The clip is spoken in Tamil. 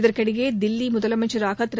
இதற்கிடையே தில்லி முதலமைச்சராக திரு